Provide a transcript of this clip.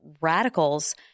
radicals